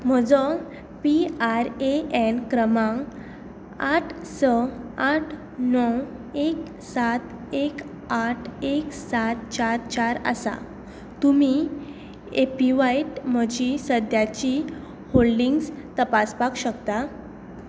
म्हजो P R A N क्रमांक आठ स आठ णव एक सात एक आठ एक सात चार चार आसा तुमी एपीव्हायत म्हजी सद्याची होल्डिंग्स तपासपाक शकता